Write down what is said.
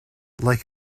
like